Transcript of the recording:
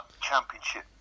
championship